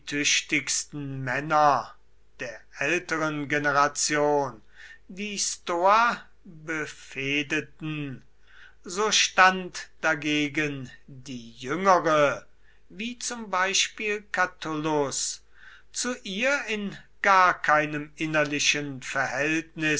tüchtigsten männer der älteren generation die stoa befehdeten so stand dagegen die jüngere wie zum beispiel catullus zu ihr in gar keinem innerlichen verhältnis